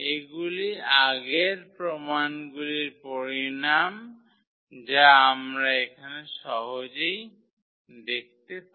এগুলি আগের প্রমাণগুলির পরিণাম যা আমরা এখানে সহজেই দেখতে পারি